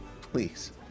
please